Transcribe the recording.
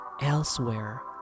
elsewhere